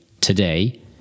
today